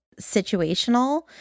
situational